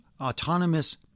autonomous